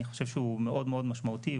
אני חושב שהוא מאוד מאוד משמעותי.